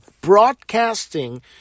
broadcasting